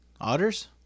Otters